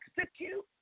execute